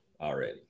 already